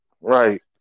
Right